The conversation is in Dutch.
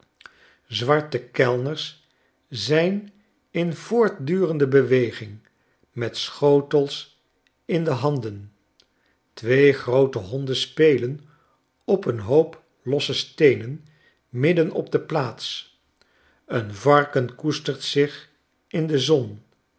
zwarte kellners zijn in voortdurende be weging met schotels in de handen twee groote honden spelen op een hoop losse steenen midden op de plaats een varken koestert zich in de zon